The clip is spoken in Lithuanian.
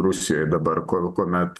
rusijoj dabar kuomet